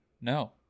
No